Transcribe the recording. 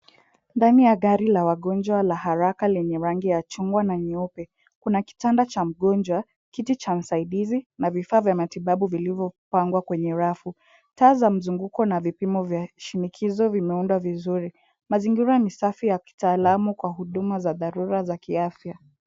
Ndani ya gari la wagonjwa la haraka lenye rangi ya chungwa na nyeupe. Kuna kitanda cha mgonjwa, kiti cha msaidizi na vifaa vya matibabu vilivyopangwa kwenye rafu, taa za mzunguko na vipimo vya shinikizo vimeundwa vizuri. Mazingira ni safi ya kitaalamu kwa huduma za dharura za kiafya.